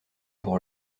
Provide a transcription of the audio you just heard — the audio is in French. pour